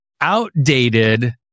outdated